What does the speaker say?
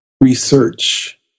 research